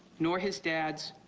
nor his dad's,